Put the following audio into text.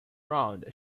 round